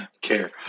Care